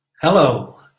Hello